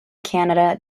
canada